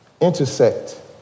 intersect